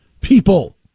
people